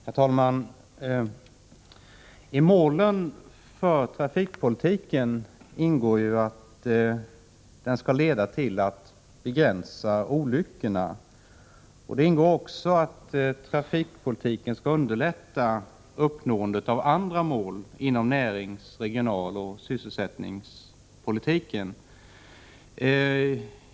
Herr talman! Det ingår i målen för trafikpolitiken att den skall leda till att begränsa olyckorna. Trafikpolitiken skall också underlätta uppnåendet av andra mål inom närings-, regionaloch sysselsättningspolitiken.